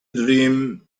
dream